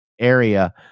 area